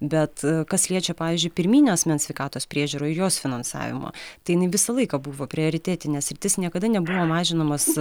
bet kas liečia pavyzdžiui pirminę asmens sveikatos priežiūrą ir jos finansavimą tai jinai visą laiką buvo prioritetinė sritis niekada nebuvo mažinamas